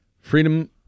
Freedom